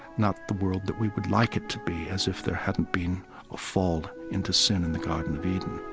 not the world that we would like it to be, as if there hadn't been a fall into sin in the garden of eden